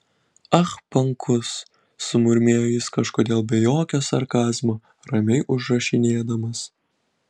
ah pankus sumurmėjo jis kažkodėl be jokio sarkazmo ramiai užrašinėdamas